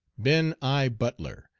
ben. i. butler,